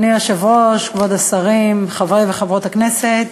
אדוני היושב-ראש, כבוד השרים, חברות וחברי הכנסת,